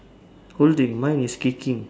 holding mine is kicking